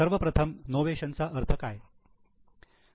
सर्वप्रथम नोवेशन चा अर्थ काय